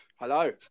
Hello